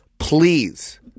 Please